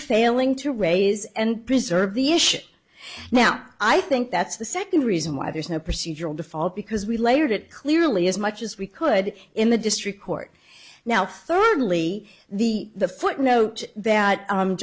failing to raise and preserve the issue now i think that's the second reason why there's no procedural default because we layered it clearly as much as we could in the district court now thirdly the the footnote that